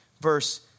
Verse